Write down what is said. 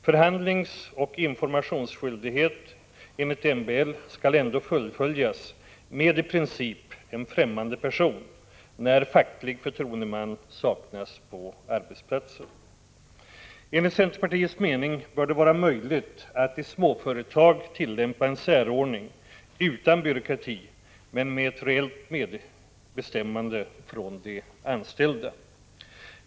Förhandlingsoch informationsskyldighet enligt MBL skall ändå fullgöras med en i princip främmande person, när facklig förtroendeman saknas på arbetsplatsen. Enligt centerpartiets mening bör det vara möjligt att i småföretag tillämpa en särordning utan byråkrati men med ett reellt medbestämmande från de anställda.